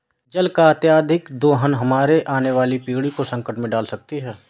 जल का अत्यधिक दोहन हमारे आने वाली पीढ़ी को संकट में डाल सकती है